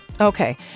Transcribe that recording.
Okay